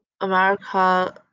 America